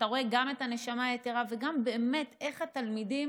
אתה רואה גם את הנשמה היתרה וגם באמת איך התלמידים